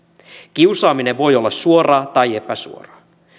kiusaaminen voi olla suoraa tai epäsuoraa